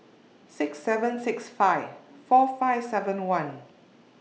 six seven six five four five seven one